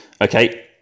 Okay